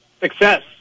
success